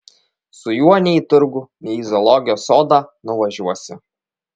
su juo nei į turgų nei į zoologijos sodą nuvažiuosi